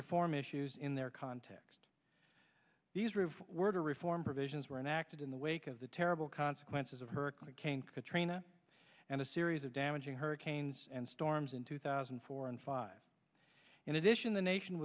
reform issues in their context these roofs were to reform provisions were enacted in the wake of the terrible consequences of hurricane katrina and a series of damaging hurricanes and storms in two thousand and four and five in addition the nation